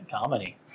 comedy